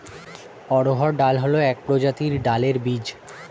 অড়হর ডাল হল এক প্রজাতির ডালের বীজ